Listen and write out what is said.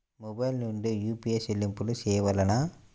Mobile నుండే UPI చెల్లింపులు చేయవలెనా?